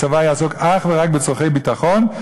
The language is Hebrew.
הצבא יעסוק אך ורק בצורכי ביטחון,